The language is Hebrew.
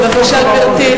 בבקשה, גברתי.